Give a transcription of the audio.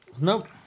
Nope